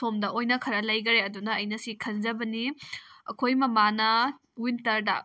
ꯁꯣꯝꯗ ꯑꯣꯏꯅ ꯈꯔ ꯂꯩꯈꯔꯦ ꯑꯗꯨꯅ ꯑꯩꯅꯁꯤ ꯈꯟꯖꯕꯅꯤ ꯑꯩꯈꯣꯏ ꯃꯃꯥꯅ ꯋꯤꯟꯇꯔꯗ